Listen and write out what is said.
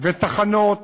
ותחנות